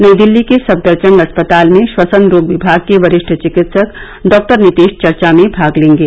नई दिल्ली के सफदरजंग अस्पताल में श्वसन रोग विभाग के वरिष्ठ चिकित्सक डॉ नितेश चर्चा में भाग लेंगे